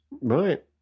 Right